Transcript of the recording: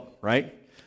right